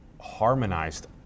harmonized